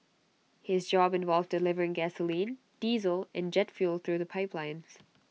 his job involved delivering gasoline diesel and jet fuel through the pipelines